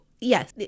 Yes